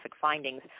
findings